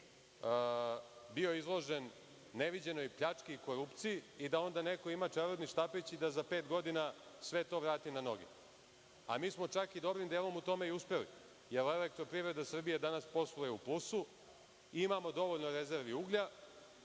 bio izložen neviđenoj pljački i korupciji i da onda neko ima čarobni štapić i da za pet godina sve to vrati na noge, a mi smo čak dobrim delom u tome i uspeli, jer EPS danas posluje u plusu, imamo dovoljno rezervi uglja,